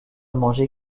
mangée